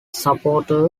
supporter